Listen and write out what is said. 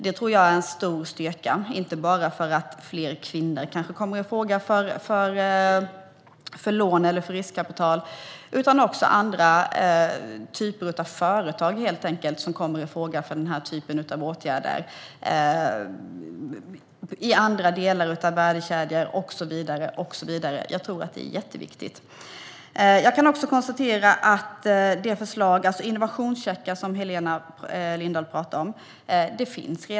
Det är en stor styrka, inte bara för att fler kvinnor kommer i fråga för lån eller för riskkapital utan också för att andra typer av företag kan komma i fråga för den typen av åtgärder i andra delar av värdekedjor och så vidare. Det är viktigt. Jag kan också konstatera att förslaget om innovationscheckar, som Helena Lindahl pratar om, redan finns.